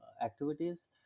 activities